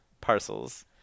Parcels